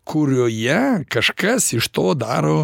kurioje kažkas iš to daro